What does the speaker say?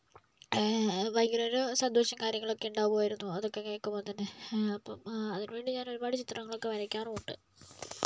ഭയങ്കര ഒരു സന്തോഷവും കാര്യങ്ങളൊക്കെ ഉണ്ടാകുമായിരുന്നു അതൊക്കെ കേൾക്കുമ്പോൾ തന്നെ അപ്പം അതിനു വേണ്ടി ഞാനൊരുപാട് ചിത്രങ്ങളൊക്കെ വരക്കാറും ഉണ്ട്